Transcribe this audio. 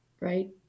right